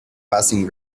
passing